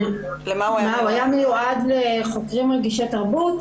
הוא היה מיועד לחוקרים רגישי תרבות,